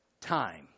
time